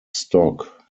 stock